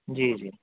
جی جی